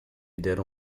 deram